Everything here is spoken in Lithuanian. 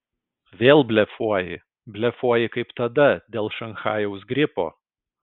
vėl blefuoji blefuoji kaip tada dėl šanchajaus gripo